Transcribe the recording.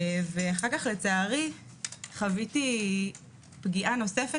אחר כך לצערי חווייתי פגיעה נוספת